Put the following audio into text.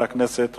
חברי חברי הכנסת,